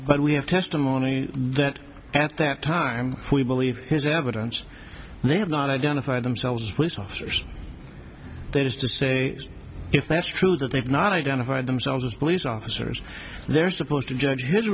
but we have testimony that at that time we believe his evidence they have not identified themselves as police officers that is to say if that's true that they've not identified themselves as police officers they're supposed to judge his